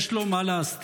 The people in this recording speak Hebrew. יש לו מה להסתיר.